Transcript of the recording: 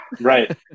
Right